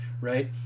right